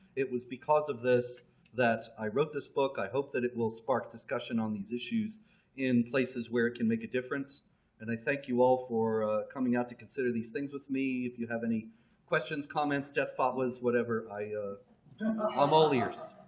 it was because of this that i wrote this book. i hope that it will spark discussion on these issues in places where it can make a difference and i thank you all for coming out to consider these things with me. if you have any questions, comments, death fatwas, whatever i am um all ears.